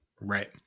right